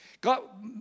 God